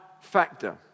factor